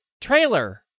trailer